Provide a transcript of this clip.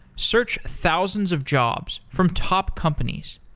search thousands of jobs from top companies.